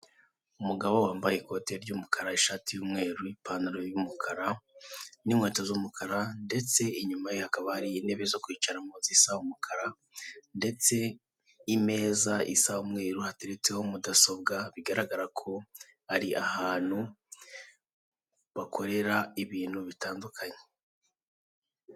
Umugabo wambaye ikote rinini, ipantalo n'inkweto by'umukara, mu gihe yambariyemo ishati y'umweru. Ahagaze ahantu hameze nko mu biro kuko inyuma ye hari mudasobwa y'umweru iri ku meza.